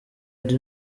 ari